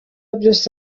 byose